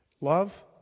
Love